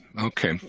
okay